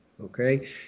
okay